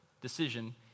decision